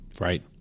Right